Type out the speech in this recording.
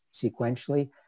sequentially